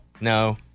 No